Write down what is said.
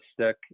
stick